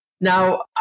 now